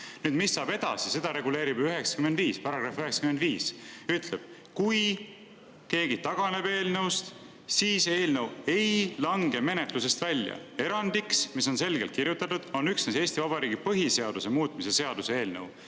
Mis saab edasi, seda reguleerib § 95. See ütleb: kui keegi taganeb eelnõust, siis eelnõu ei lange menetlusest välja. Erandiks, mis on selgelt kirjas, on üksnes Eesti Vabariigi põhiseaduse muutmise seaduse eelnõu,